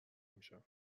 میشم